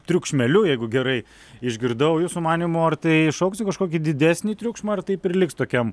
triukšmeliu jeigu gerai išgirdau jūsų manymu ar tai išaugs į kažkokį didesnį triukšmą ar taip ir liks tokiam